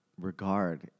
regard